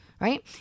right